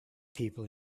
people